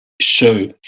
show